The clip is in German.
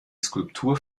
skulptur